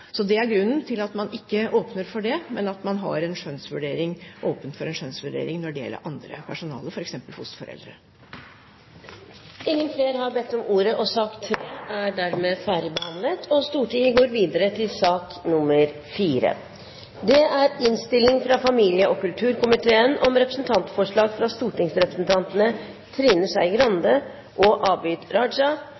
Så det er grunnen til at man ikke åpner for det, men at man er åpen for en skjønnsvurdering når det gjelder andre, f.eks. fosterforeldre. Replikkordskiftet er slutt. Flere har ikke bedt om ordet til sak nr. 3. Etter ønske fra familie- og kulturkomiteen